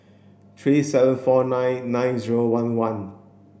three seven four nine nine zero one one